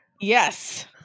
Yes